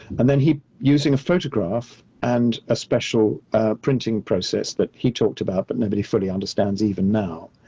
and then he, using a photograph, and a special printing process that he talked about, but nobody fully understands even now,